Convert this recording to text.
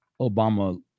Obama